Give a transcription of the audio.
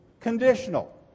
conditional